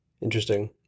Interesting